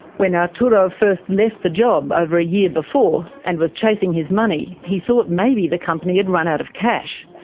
when arturo first left the job, over a year before, and was chasing his money, he thought maybe the company had run out of cash.